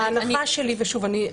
שוב,